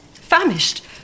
Famished